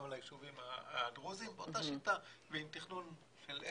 על היישובים הדרוזיים באותה שיטה ועם תכנון.